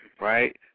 right